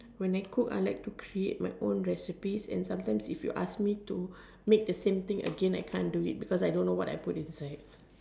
when we cook I like to create my own recipes and sometimes if you ask me to make the same thing again I cannot do it because I don't know what I put inside